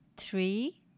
Three